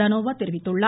தனோவா தெரிவித்துள்ளார்